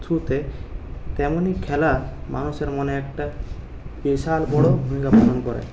থ্রুতে তেমনি খেলা মানুষের মনে একটা বিশাল বড়ো ভূমিকা পালন করে